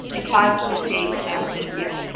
in five key states this year.